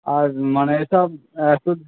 আর মানে সব একটু